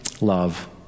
love